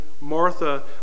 Martha